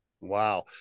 Wow